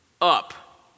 up